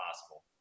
possible